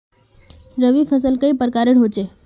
रवि फसल कई प्रकार होचे?